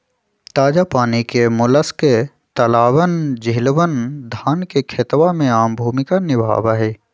ताजा पानी के मोलस्क तालाबअन, झीलवन, धान के खेतवा में आम भूमिका निभावा हई